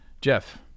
Jeff